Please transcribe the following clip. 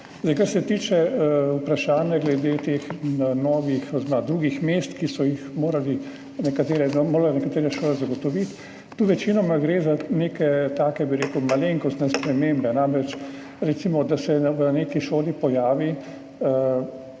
Kar se tiče vprašanja glede novih oziroma drugih mest, ki so jih morale nekatere šole zagotoviti, tu večinoma gre za neke take, bi rekel, malenkostne spremembe. Namreč, recimo, da se v neki šoli pojavi,